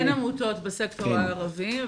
--- אין עמותות בסקטור הערבי.